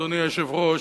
אדוני היושב-ראש,